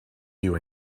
you